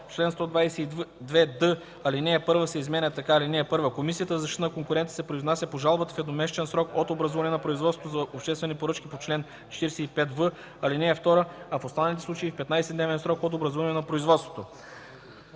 чл. 122д ал. 1 се изменя така: „(1) Комисията за защита на конкуренцията се произнася по жалбата в едномесечен срок от образуването на производството за обществени поръчки по чл. 45в, ал. 2, а в останалите случаи – в 15-дневен срок от образуването на производството.”